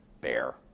bear